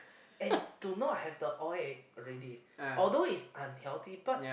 and do not have the oil al~ already although is unhealthy but